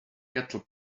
cattle